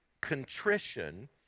contrition